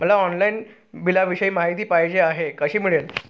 मला ऑनलाईन बिलाविषयी माहिती पाहिजे आहे, कशी मिळेल?